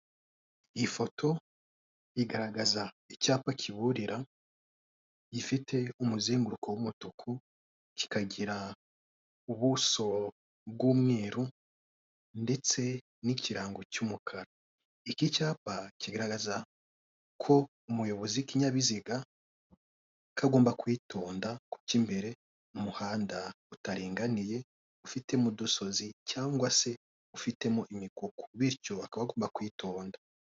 Ifoto igaragaza icyapa kiburira, gifite umuzenguruko w'umutuku, kikagira ubuso bw'umweru ndetse n'ikirango cy'umukara. Iki cyapa kigaragaza ko umuyobozi w'ikinyabiziga ko agomba kwitonda kuko imbere umuhanda utaringaniye, ufitemo udusozi cyangwa se ufitemo imikuku, bityo akaba agomba kwitonda.